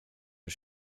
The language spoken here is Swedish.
det